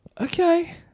Okay